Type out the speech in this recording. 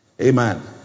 Amen